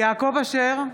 יעקב אשר,